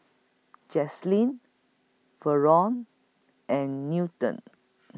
Jaelynn from and Newton